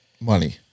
money